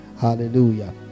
hallelujah